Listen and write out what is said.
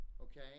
Okay